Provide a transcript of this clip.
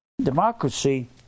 democracy